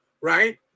right